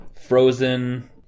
frozen